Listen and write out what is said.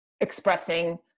expressing